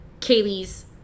Kaylee's